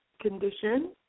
condition